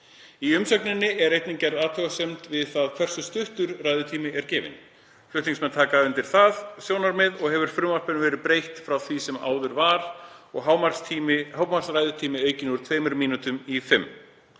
Í umsögninni er einnig gerð athugasemd við það hversu stuttur ræðutími er gefinn. Flutningsmenn taka undir það sjónarmið og hefur frumvarpinu því verið breytt frá því sem áður var og hámarksræðutími aukinn úr tveimur mínútum í fimm.